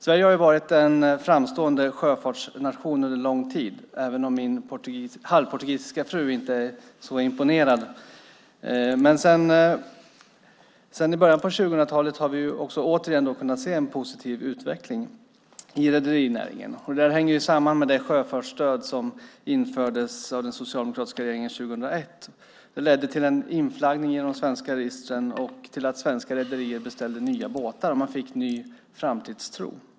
Sverige har varit en framstående sjöfartsnation under lång tid, även om min halvportugisiska fru inte är så imponerad. Sedan början av 2000-talet har vi återigen kunnat se en positiv utveckling i rederinäringen. Det hänger samman med det sjöfartsstöd som infördes av den socialdemokratiska regeringen 2001. Det ledde till en inflaggning i de svenska registren och till att svenska rederier beställde nya båtar. Man fick ny framtidstro.